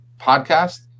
podcast